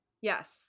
yes